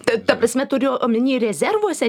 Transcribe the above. ta ta prasme turi omeny rezervuose